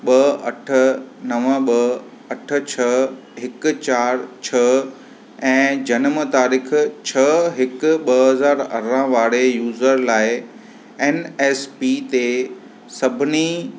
ॿ अठ नव ॿ अठ छह हिकु चार छ्ह ऐं जनम तारीख़ छ्ह हिकु ॿ हज़ार अरड़हं वारे यूज़र लाइ एन एस पी ते सभिनी